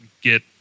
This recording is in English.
get